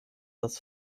das